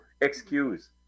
excuse